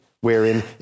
Wherein